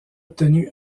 obtenue